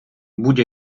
будь